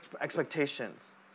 expectations